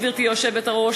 גברתי היושבת-ראש,